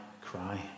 cry